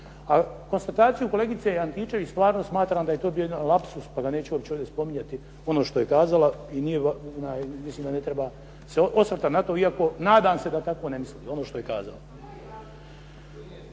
A konstataciju kolegice Antičević stvarno smatram da je to bio jedan lapsus pa neću ovdje spominjati ono što je kazala, mislim da se ne treba osvrtati na to, nadam se da tako ne misli, ono što je kazala.